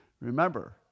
Remember